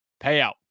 payout